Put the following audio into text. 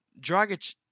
Dragic